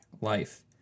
life